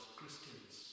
Christians